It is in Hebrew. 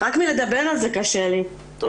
אפילו לדבר על זה קשה לי מאוד.